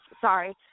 Sorry